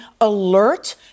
alert